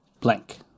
blank